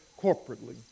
corporately